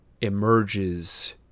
emerges